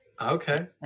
okay